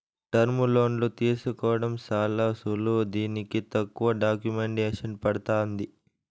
టర్ములోన్లు తీసుకోవడం చాలా సులువు దీనికి తక్కువ డాక్యుమెంటేసన్ పడతాంది